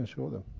show them,